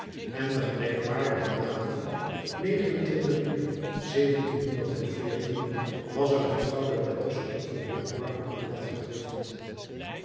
en de gedenkwaardige datum juli was er met gouden letters op een wit marmeren blad gegrift